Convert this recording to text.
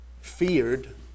feared